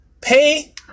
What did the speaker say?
Pay